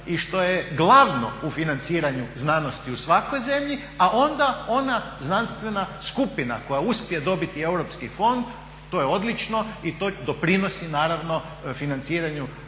i što je glavno u financiranju znanosti u svakoj zemlji, a onda ona znanstvena skupina koja uspije dobiti europski fond to je odlično i to doprinosi naravno financiranju znanosti